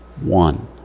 one